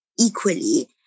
equally